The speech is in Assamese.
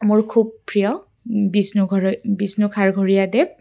মোৰ খুব প্ৰিয় বিষ্ণু বিষ্ণু খাৰঘৰীয়া দেৱ